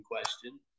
question